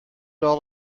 all